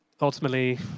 ultimately